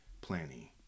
planning